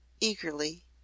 Eagerly